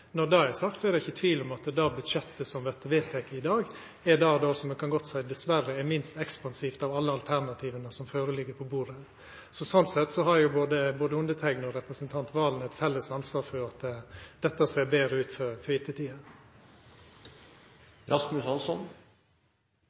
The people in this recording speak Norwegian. Når det er sagt, er det ikkje tvil om at det budsjettet som vert vedteke i dag, dessverre er det minst ekspansive av alle alternativa som ligg føre. Sånn sett har både underteikna og representanten Serigstad Valen eit felles ansvar for at dette ser betre ut for ettertida. Jeg får stille meg i rekken av gratulanter for